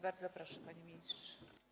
Bardzo proszę, panie ministrze.